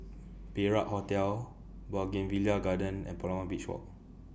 Perak Hotel Bougainvillea Garden and Palawan Beach Walk